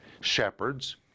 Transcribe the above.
shepherds